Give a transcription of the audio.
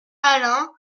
allain